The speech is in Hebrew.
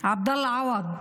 עבדאללה עווד,